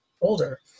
older